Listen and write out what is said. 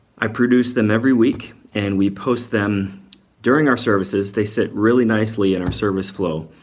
i produce them every week and we post them during our services. they sit really nicely in our service flow.